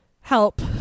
help